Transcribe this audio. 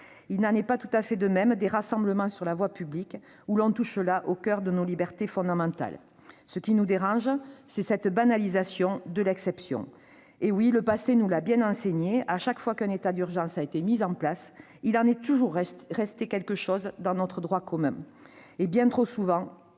Il n'en est pas tout à fait de même pour celles ayant trait aux rassemblements sur la voie publique : on touche là au coeur de nos libertés fondamentales. Ce qui nous dérange, c'est cette banalisation de l'exception : le passé nous a bien enseigné que, chaque fois qu'un état d'urgence a été instauré, il en est resté quelque chose dans notre droit commun. Bien trop souvent,